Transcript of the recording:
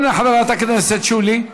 כן, חברת הכנסת שולי מועלם?